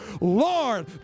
Lord